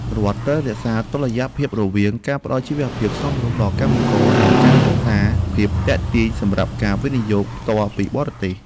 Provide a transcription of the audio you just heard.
រដ្ឋត្រូវរក្សាតុល្យភាពរវាងការផ្តល់ជីវភាពសមរម្យដល់កម្មករ និងការរក្សាភាពទាក់ទាញសម្រាប់ការវិនិយោគផ្ទាល់ពីបរទេស។